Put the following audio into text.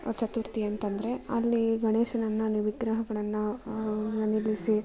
ಚತುರ್ಥಿ ಅಂತಂದ್ರೆ ಅಲ್ಲಿ ಗಣೇಶನನ್ನು ಅಲ್ಲಿ ವಿಗ್ರಹಗಳನ್ನು ನಿಲ್ಲಿಸಿ